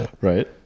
right